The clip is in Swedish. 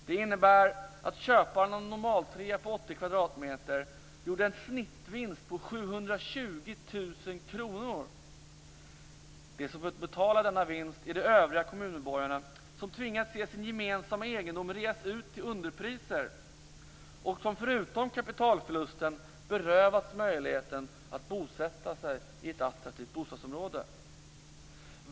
Det innebär att köparen av en normaltrea på 80 kvadratmeter gjorde en snittvinst på 720 000 kr. De som fått betala denna vinst är de övriga kommunmedborgarna, som tvingats se sin gemensamma egendom reas ut till underpriser och som förutom kapitalförlusten berövas möjligheten att bosätta sig i ett attraktivt bostadsområde.